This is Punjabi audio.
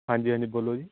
ਹਾਂਜੀ ਹਾਂਜੀ ਬੋਲੋ ਜੀ